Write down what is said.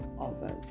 others